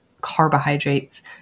carbohydrates